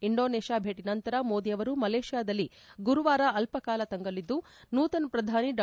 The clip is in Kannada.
ಇಂಡೋನೇಷ್ನಾ ಭೇಟಿ ನಂತರ ಮೋದಿ ಅವರು ಮಲೇಷ್ನಾದಲ್ಲಿ ಗುರುವಾರ ಅಲ್ವಕಾಲ ತಂಗಲಿದ್ದು ನೂತನ ಪ್ರಧಾನಿ ಡಾ